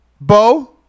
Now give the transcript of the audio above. Bo